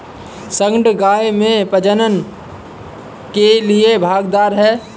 सांड गाय में प्रजनन के लिए भागीदार है